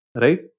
Right